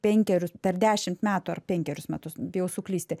penkerius per dešimt metų ar penkerius metus bijau suklysti